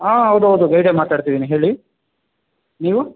ಆಂ ಹೌದೌದು ಗೈಡೇ ಮಾತಾಡ್ತಿದ್ದೀನಿ ಹೇಳಿ ನೀವು